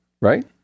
right